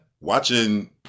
Watching